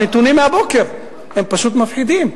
הנתונים מהבוקר הם פשוט מפחידים.